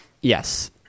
yes